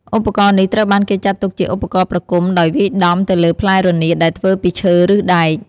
ឧបករណ៍នេះត្រូវបានគេចាត់ទុកជាឧបករណ៍ប្រគំដោយវាយដំទៅលើផ្លែរនាតដែលធ្វើពីឈើឬដែក។